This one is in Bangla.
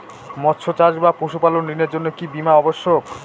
মৎস্য চাষ বা পশুপালন ঋণের জন্য কি বীমা অবশ্যক?